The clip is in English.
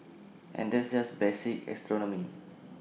and that's just basic astronomy